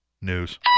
news